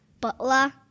Butler